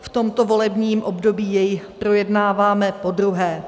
V tomto volebním období jej projednáváme podruhé.